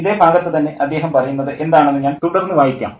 ഇതേ ഭാഗത്തു തന്നെ അദ്ദേഹം പറയുന്നത് എന്താണെന്ന് ഞാൻ തുടർന്നു വായിക്കാം